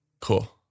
Cool